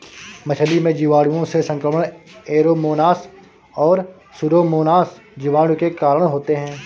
मछली में जीवाणुओं से संक्रमण ऐरोमोनास और सुडोमोनास जीवाणु के कारण होते हैं